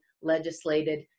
legislated